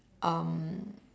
um